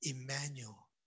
Emmanuel